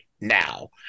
now